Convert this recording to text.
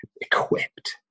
equipped